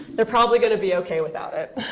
they're probably going to be ok with that.